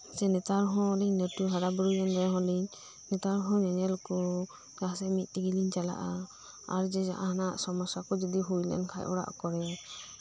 ᱱᱮᱛᱟᱨᱦᱚᱸ ᱞᱤᱧ ᱞᱟᱹᱴᱩ ᱦᱟᱨᱟ ᱵᱩᱨᱩᱭᱮᱱ ᱨᱮᱦᱚᱸ ᱞᱤᱧ ᱱᱮᱛᱟᱨ ᱧᱮᱧᱮᱞ ᱠᱚ ᱢᱤᱫ ᱛᱮᱜᱮ ᱞᱤᱧ ᱪᱟᱞᱟᱜᱼᱟ ᱟᱨ ᱡᱟᱦᱟᱱᱟᱜ ᱥᱚᱢᱚᱥᱥᱟ ᱡᱚᱫᱤ ᱦᱳᱭ ᱞᱮᱱᱠᱷᱟᱱ ᱚᱲᱟᱜ ᱠᱚᱨᱮᱫ